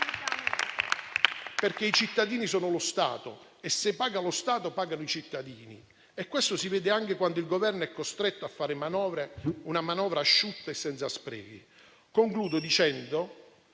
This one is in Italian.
perché i cittadini sono lo Stato e se paga lo Stato pagano i cittadini. Questo si vede anche quando il Governo è costretto a fare una manovra asciutta e senza sprechi. Concludo dicendo